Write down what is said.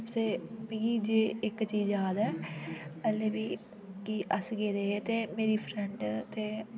ते सबसे फ्ही जे इक चीज याद ऐ पैह्ले बी गे अस गेदे हे ते मेरी फ्रेंड ते